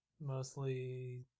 Mostly